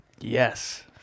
Yes